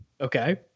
Okay